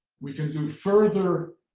we can do further